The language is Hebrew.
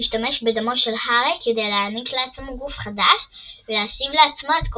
משתמש בדמו של הארי כדי להעניק לעצמו גוף חדש ולהשיב לעצמו את כוחותיו.